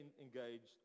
engaged